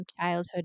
childhood